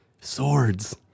Swords